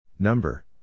Number